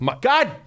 God